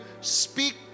speak